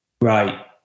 right